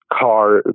car